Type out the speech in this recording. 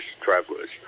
travelers